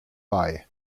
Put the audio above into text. bei